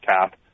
cap